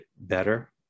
better